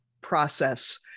process